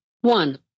One